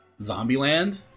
Zombieland